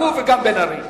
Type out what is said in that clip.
גם הוא וגם בן-ארי.